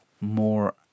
more